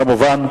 כמובן,